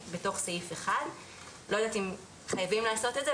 בתוך סעיף 1. אני לא יודעת אם חייבים לעשות את זה.